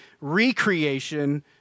recreation